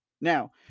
Now